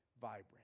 vibrant